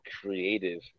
creative